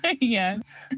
Yes